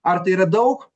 ar tai yra daug